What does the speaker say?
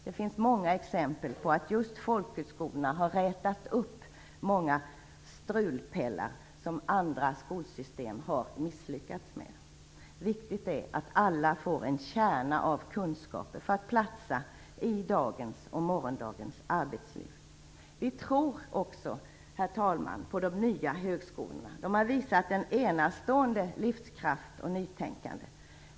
Det finns många exempel på att just folkhögskolorna har rätat upp många "strulpellar" som andra skolsystem har misslyckats med. Viktigt är att alla får en kärna av kunskaper för att platsa i dagens och morgondagens arbetsliv. Vi tror också, herr talman, på de nya högskolorna. De har visat en enastående livskraft och ett enastående nytänkande.